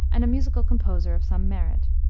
and a musical composer of some merit.